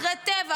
אחרי טבח,